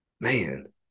man